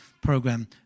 program